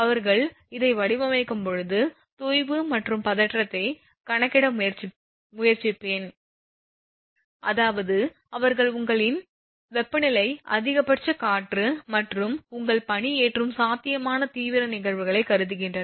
அவர்கள் இதை வடிவமைக்கும்போது தொய்வு மற்றும் பதற்றத்தைக் கணக்கிட முயற்சிப்பேன் அதாவது அவர்கள் உங்களின் வெப்பநிலை அதிகபட்சக் காற்று மற்றும் உங்கள் பனி ஏற்றும் சாத்தியமான தீவிர நிகழ்வுகளைக் கருதுகின்றனர்